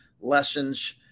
lessons